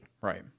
Right